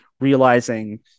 realizing